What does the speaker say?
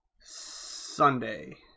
Sunday